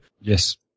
Yes